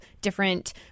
different